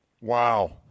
Wow